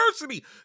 university